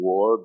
War